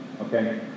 okay